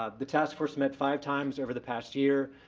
ah the task force met five times over the past year.